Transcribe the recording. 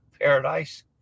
paradise